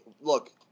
Look